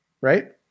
right